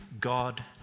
God